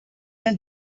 been